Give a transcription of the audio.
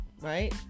right